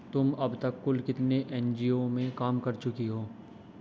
तुम अब तक कुल कितने एन.जी.ओ में काम कर चुकी हो?